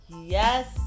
yes